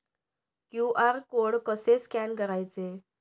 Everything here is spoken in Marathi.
क्यू.आर कोड कसे स्कॅन करायचे?